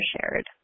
shared